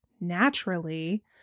naturally